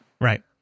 Right